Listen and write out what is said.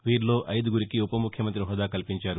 వీరిలో ఐదుగురికి ఉవముఖ్యమంతి హోదా కల్పించారు